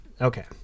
Okay